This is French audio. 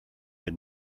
aide